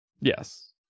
Yes